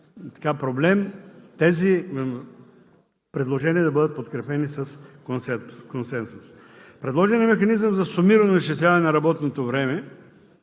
проблем тези предложения да бъдат подкрепени с консенсус. Предложеният механизъм за сумирано изчисляване на работното време